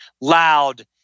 loud